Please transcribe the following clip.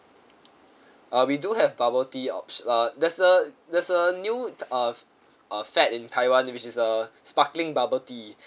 uh we do have bubble tea opti~ uh there's a there's a new uh uh fad in taiwan which is a sparkling bubble tea